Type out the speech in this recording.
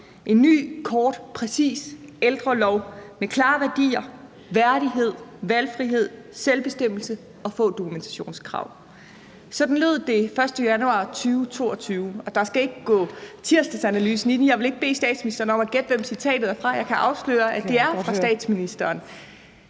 En ny kort og præcis ældrelov. Med klare værdier. Værdighed. Valgfrihed. Selvbestemmelse. Og få dokumentationskrav.« Sådan lød det den 1. januar 2022. Der skal ikke gå Tirsdagsanalysen i det, så jeg vil ikke bede statsministeren om at gætte, hvem citatet er fra. Jeg kan afsløre, at det er fra statsministeren.